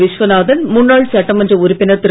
விஸ்வநாதன் முன்னாள் சட்டமன்ற உறுப்பினர் திரு